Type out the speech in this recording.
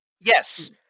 Yes